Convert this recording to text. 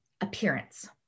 appearance